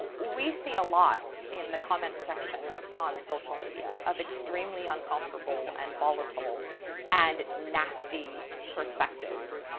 we see a lot in the comments section on social media of extremely uncomfortable and volatile and nasty perspectives.